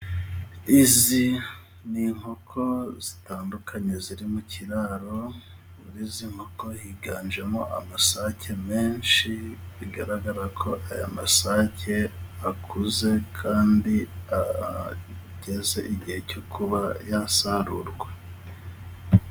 Izi ni inkoko zitandukanye ziri mu kiraro，muri izi nkoko higanjemo amasake menshi， bigaragara ko aya masake akuze， kandi ageze igihe cyo kuba yasarurwa.